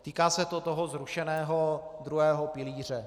Týká se to toho zrušeného druhého pilíře.